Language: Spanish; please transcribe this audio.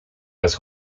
las